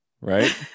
right